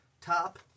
Top